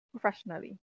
professionally